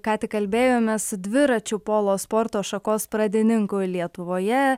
ką tik kalbėjome su dviračių polo sporto šakos pradininku lietuvoje